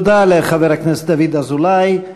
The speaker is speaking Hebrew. תודה לחבר הכנסת דוד אזולאי.